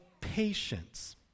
patience